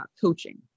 coaching